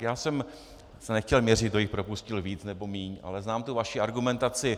Já jsem se nechtěl měřit, kdo jich propustil víc nebo méně, ale znám tu vaši argumentaci.